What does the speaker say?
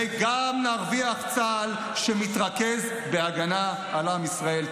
-- וגם נרוויח צה"ל שמתרכז בהגנה על עם ישראל.